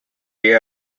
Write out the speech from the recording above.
they